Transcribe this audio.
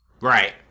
Right